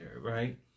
right